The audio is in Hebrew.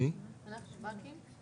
אני אשמח להציג.